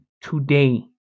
today